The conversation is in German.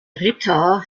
ritter